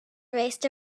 raced